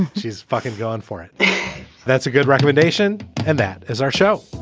she's fucking gone for it that's a good recommendation. and that is our show.